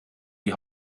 die